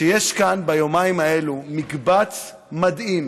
שיש כאן ביומיים האלה מקבץ מדהים